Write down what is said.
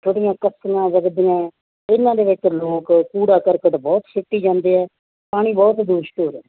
ਜਿਹੜੀਆਂ ਕੱਚੀਆ ਅਤੇ ਵੱਡੀਆਂ ਇਹਨਾਂ ਦੇ ਵਿੱਚ ਲੋਕ ਕੂੜਾ ਕਰਕਟ ਬਹੁਤ ਸੁੱਟੀ ਜਾਂਦੇ ਆ ਪਾਣੀ ਬਹੁਤ ਦੂਸ਼ਿਤ ਹੋ ਰਿਹਾ